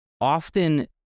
often